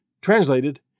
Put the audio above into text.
Translated